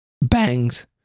bangs